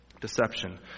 Deception